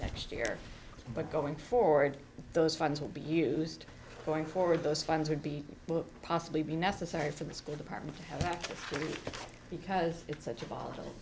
next year but going forward those funds will be used going forward those funds would be booked possibly be necessary for the school department because it's such a volatile